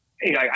hey